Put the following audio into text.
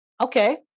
okay